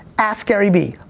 ask gary vee.